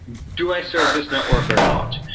do i serve this network or not?